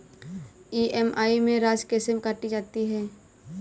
EMI में राशि कैसे काटी जाती है?